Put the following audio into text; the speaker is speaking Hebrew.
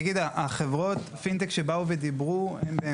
חברות הפינטק שבאו ודיברו הן,